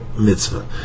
mitzvah